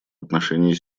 отношении